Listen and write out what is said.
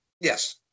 Yes